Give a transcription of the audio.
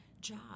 job